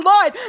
Lord